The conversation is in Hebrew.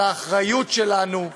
על האחריות שלנו,